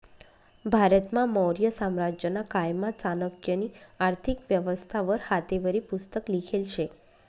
भारतमा मौर्य साम्राज्यना कायमा चाणक्यनी आर्थिक व्यवस्था वर हातेवरी पुस्तक लिखेल शे